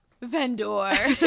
Vendor